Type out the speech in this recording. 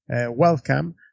welcome